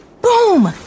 Boom